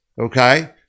okay